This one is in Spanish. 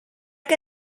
que